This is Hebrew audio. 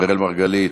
אראל מרגלית?